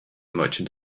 merchant